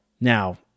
now